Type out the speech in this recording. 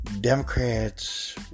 Democrats